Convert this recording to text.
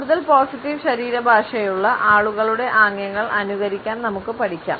കൂടുതൽ പോസിറ്റീവ് ശരീരഭാഷയുള്ള ആളുകളുടെ ആംഗ്യങ്ങൾ അനുകരിക്കാൻ നമുക്ക് പഠിക്കാം